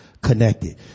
connected